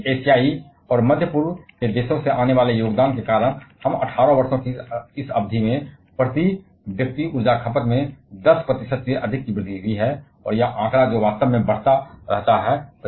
लेकिन एशियाई और मध्य पूर्व के देशों से आने वाले योगदान के कारण हम 18 वर्षों की इस अवधि में प्रति व्यक्ति ऊर्जा खपत में 10 प्रतिशत से अधिक की वृद्धि हुई है और यह आंकड़ा जो वास्तव में बढ़ रहा है